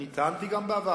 אני טענתי גם בעבר,